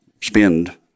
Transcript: spend